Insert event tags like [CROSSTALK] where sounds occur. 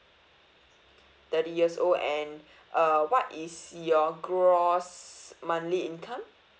thirty years old and [BREATH] uh what is your gross monthly income